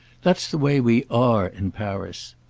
that's the way we are in paris.